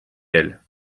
elle